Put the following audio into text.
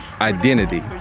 identity